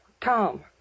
Tom